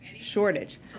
shortage